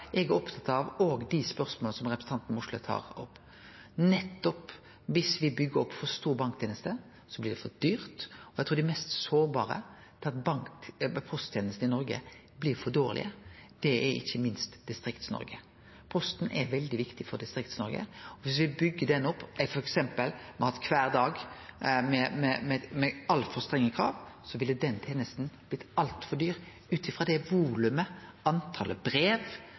eg òg opptatt av dei spørsmåla som representanten Mossleth tar opp. Viss me byggjer opp for store banktenester, blir det for dyrt. Eg trur at dei mest sårbare, der posttenestene i Noreg blir for dårlege, er ikkje minst i Distrikts-Noreg. Posten er veldig viktig for Distrikts-Noreg, og viss me bygde han opp f.eks. til kvar dag med altfor strenge krav, ville den tenesta ha blitt altfor dyr ut frå det volumet, den mengda brev,